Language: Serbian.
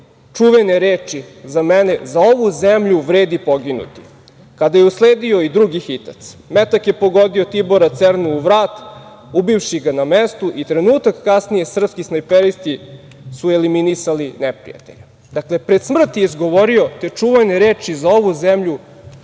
čuvene reči – Za ovu zemlju vredi poginuti, kada je usledio i drugi hitac. Metak je pogodio Tibora Cerna u vrat, ubivši ga na mestu i trenutak kasnije srpski snajperisti su eliminisali neprijatelja.“Dakle, pred smrt je izgovorio te čuvene reči – „Za ovu zemlju